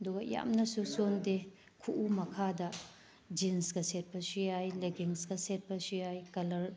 ꯑꯗꯨꯒ ꯌꯥꯝꯅꯁꯨ ꯆꯣꯟꯗꯦ ꯈꯨꯎ ꯃꯈꯥꯗ ꯖꯤꯟꯁꯀ ꯁꯦꯠꯄꯁꯨ ꯌꯥꯏ ꯂꯦꯒꯤꯟꯁꯀ ꯁꯦꯠꯄꯁꯨ ꯌꯥꯏ ꯀꯂ꯭ꯔ